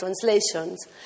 translations